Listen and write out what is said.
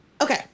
Okay